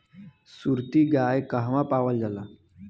सुरती गाय कहवा पावल जाला?